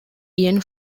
ian